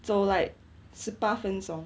走 like 十八分钟